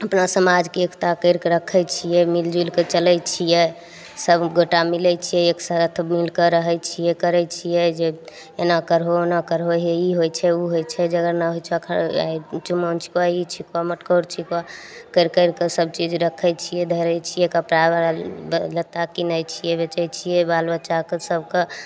अपना समाजके एकता करिकऽ रखय छियै मिल जुलिके चलय छियै सब गोटा मिलय छियै एक साथ मिलकऽ रहय छियै करय छियै जे एना करहो ओना करहो हे ई होइ छै उ होइ छै जगरना होइ छै एखन चुमान छिकऽ ई छिकऽ मटकोर छिकऽ करि करि कऽ सबचीज रखय छियै धरैय छियै कपड़ा लत्ता किनय छियै बेचय छियै बाल बच्चाके सबके